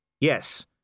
Yes